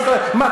מה,